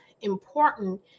important